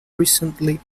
recently